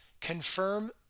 Confirm